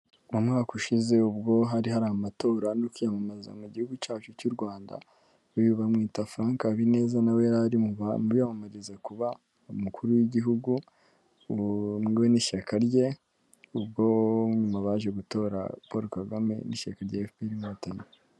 Mu mwaka ushize ubwo hari hari amatora no kwiyamamaza mu gihugu cyacu cy'u rwanda bamwita frank habineza nawe yari arimo yiyamamariza kuba umukuru w'igihugu wemewe n'ishyaka rye ubwo nyuma baje gutora Paul Kagame n'ishyaka FPR inkotanyi.